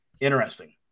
interesting